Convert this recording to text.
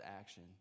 action